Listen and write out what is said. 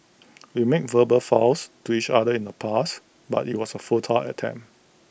we made verbal vows to each other in the past but IT was A futile attempt